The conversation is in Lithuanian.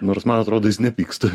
nors man atrodo jis nepyksta